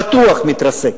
בטוח מתרסק.